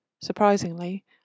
surprisingly